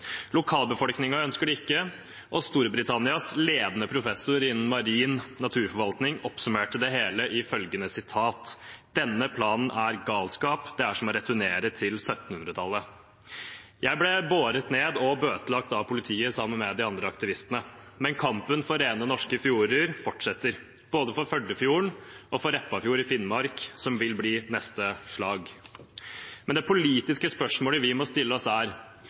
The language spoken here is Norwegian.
ønsker det ikke, og Storbritannias ledende professor innen marin naturforvaltning oppsummerte det hele i følgende: «Denne planen er galskap. Det er som å returnere til 1700-tallet.» Jeg ble båret ned og bøtelagt av politiet, sammen med de andre aktivistene. Men kampen for rene norske fjorder fortsetter, både for Førdefjorden og for Repparfjord i Finnmark, som vil bli neste slag. Men det politiske spørsmålet vi må stille oss, er: